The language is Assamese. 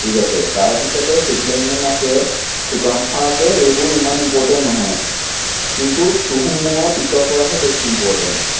ঠিক আছে তাৰপিছতে চুক্লেংমুং আছে চুকামফা আছে এইবোৰ ইমান ইম্পৰটেণ্ট নহয় কিন্তু চুহুংমুঙৰ পিছৰ পৰাহে বেছি ইম্পৰটেণ্ট